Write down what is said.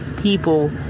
people